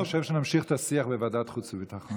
אני חושב שנמשיך את השיח בוועדת חוץ וביטחון.